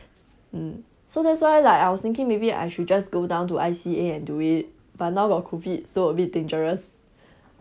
mm so that's why like I was thinking maybe I should just go down to I_C_A and do it but now got COVID so a bit dangerous